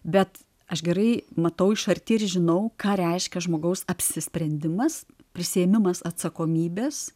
bet aš gerai matau iš arti ir žinau ką reiškia žmogaus apsisprendimas prisiėmimas atsakomybės